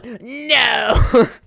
no